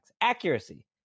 accuracy